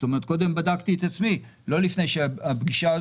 לא לפני הפגישה,